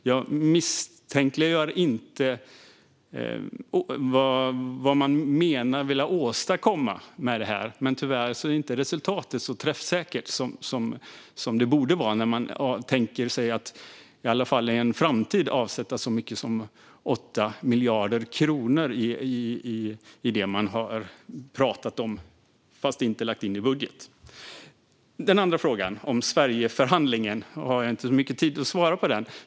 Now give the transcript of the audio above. Jag misstänkliggör inte vad man menar sig vilja åstadkomma med det här, men tyvärr är inte resultatet så träffsäkert som det borde vara när man tänker sig att i alla fall i en framtid avsätta så mycket som 8 miljarder kronor till det man har pratat om men inte lagt in i budget. Den andra frågan om Sverigeförhandlingen har jag inte så mycket tid att svara på.